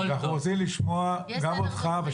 יש כאן דיון.